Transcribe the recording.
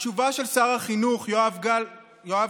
התשובה של שר החינוך יואב גלנט: